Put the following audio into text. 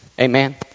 Amen